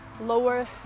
lower